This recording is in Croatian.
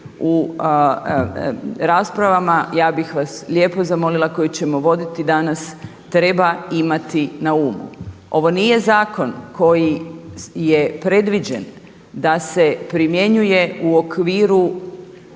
u raspravama ja bih vas lijepo zamolila koje ćemo voditi danas treba imati na umu. Ovo nije zakon koji je predviđen da se primjenjuje u okviru